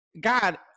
God